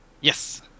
Yes